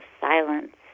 silence